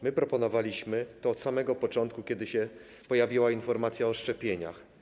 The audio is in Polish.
My proponowaliśmy to od samego początku, kiedy pojawiła się informacja o szczepieniach.